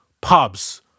pubs